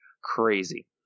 crazy